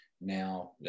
now